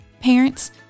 Parents